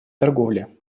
торговли